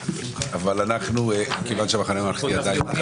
כיוון שנציגי המחנה הממלכתי עדיין לא